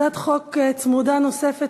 הצעת חוק צמודה נוספת,